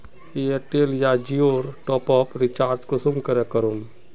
Airtel या जियोर top up recharge कुंसम करे करूम?